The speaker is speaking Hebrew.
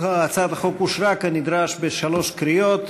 הצעת החוק אושרה כנדרש בשלוש קריאות.